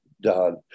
done